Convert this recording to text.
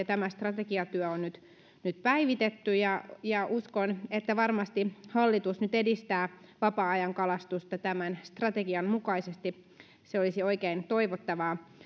tämä strategiatyö on nyt nyt päivitetty ja uskon että varmasti hallitus nyt edistää vapaa ajankalastusta tämän strategian mukaisesti se olisi oikein toivottavaa